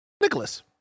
Nicholas